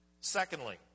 Secondly